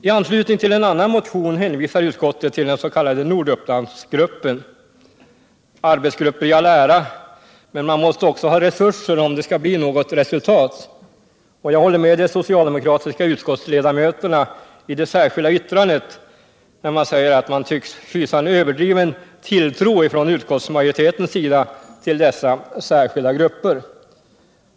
I anslutning till en annan motion hänvisar utskottet till den s.k. Nordupplandsgruppen. Arbetsgruppen i all ära, men man måste också ha resurser om det skall bli något resultat. Jag håller med de socialdemokratiska utskottsledamöterna som i det särskilda yttrandet säger art utskottsmajoriteten tycks hysa en överdriven tilltro till dessa särskilda grupper.